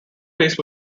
faced